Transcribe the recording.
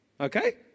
okay